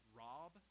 rob